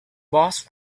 boss